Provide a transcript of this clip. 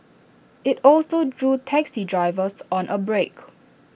IT also drew taxi drivers on A break